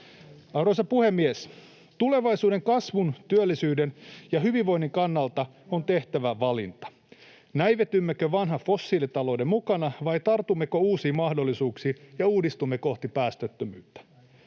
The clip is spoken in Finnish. Arvoisa puhemies! Tulevaisuuden kasvun, työllisyyden ja hyvinvoinnin kannalta on tehtävä valinta: näivetymmekö vanhan fossiilitalouden mukana vai tartummeko uusiin mahdollisuuksiin ja uudistumme kohti päästöttömyyttä?